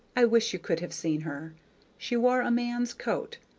i wish you could have seen her she wore a man's coat,